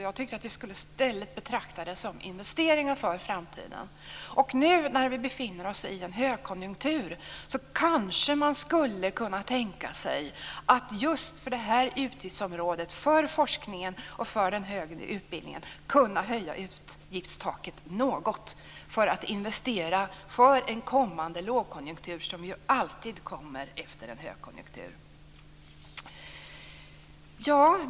I stället skulle vi betrakta det som investeringar för framtiden. När vi nu befinner oss i en högkonjunktur skulle man kanske kunna tänka sig att just för detta utgiftsområde, forskning och högre utbildning, höja utgiftstaket något för att investera för en kommande lågkonjunktur, som ju alltid kommer efter en högkonjunktur.